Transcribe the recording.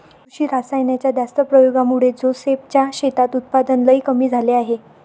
कृषी रासायनाच्या जास्त प्रयोगामुळे जोसेफ च्या शेतात उत्पादन लई कमी झाले आहे